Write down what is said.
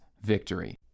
victory